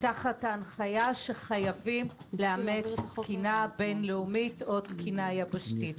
תחת הנחיה שחייבים לאמץ תקינה בין-לאומית או תקינה יבשתית.